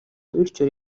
bityo